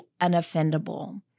unoffendable